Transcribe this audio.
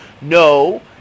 No